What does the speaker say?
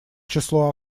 число